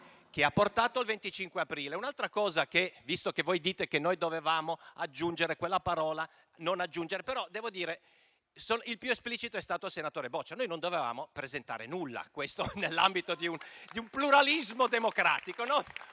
che ha portato al 25 aprile. Visto che voi dite che noi dovevamo aggiungere quella parola, devo dire che il più esplicito è stato il senatore Boccia: noi non dovevamo presentare nulla, questo nell'ambito di un pluralismo democratico.